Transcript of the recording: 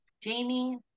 jamie